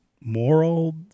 moral